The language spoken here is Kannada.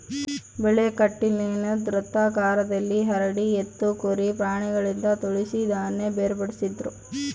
ಬೆಳೆ ಗಟ್ಟಿನೆಲುದ್ ವೃತ್ತಾಕಾರದಲ್ಲಿ ಹರಡಿ ಎತ್ತು ಕುರಿ ಪ್ರಾಣಿಗಳಿಂದ ತುಳಿಸಿ ಧಾನ್ಯ ಬೇರ್ಪಡಿಸ್ತಿದ್ರು